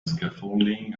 scaffolding